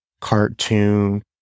Cartoon